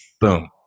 Boom